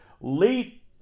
late